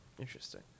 Interesting